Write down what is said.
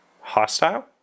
hostile